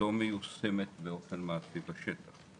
לא מיושמת באופן מעשי בשטח.